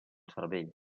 cervell